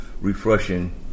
refreshing